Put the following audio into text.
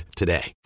today